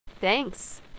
thanks